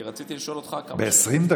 כי רציתי לשאול אותך כמה שאלות.